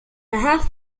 half